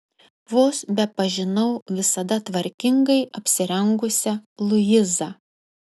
vos bepažinau visada tvarkingai apsirengusią luizą